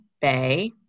bay